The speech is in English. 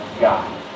God